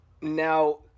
Now